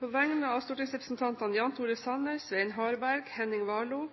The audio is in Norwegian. På vegne av stortingsrepresentantene Jan Tore Sanner, Svein Harberg, Henning Warloe,